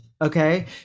Okay